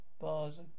bars